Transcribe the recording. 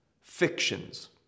fictions